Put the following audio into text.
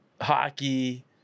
hockey